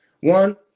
One